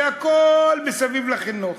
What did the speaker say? כי הכול מסביב לחינוך.